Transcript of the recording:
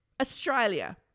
Australia